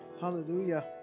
Hallelujah